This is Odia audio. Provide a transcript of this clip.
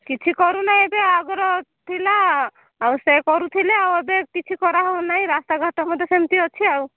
କିଛି କରୁ ନାହିଁ ଏବେ ଆଗରୁ ଥିଲା ଆଉ ସେ କରୁଥିଲେ ଆଉ ଏବେ କିଛି କରାହେଉ ନାହିଁ ରାସ୍ତାଘାଟ ମଧ୍ୟ ସେମିତି ଅଛି ଆଉ